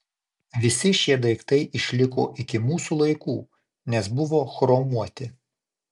visi šie daiktai išliko iki mūsų laikų nes buvo chromuoti